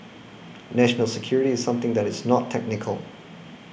national security is something that is not technical